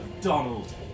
donald